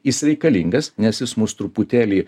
jis reikalingas nes jis mus truputėlį